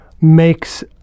makes